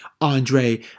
Andre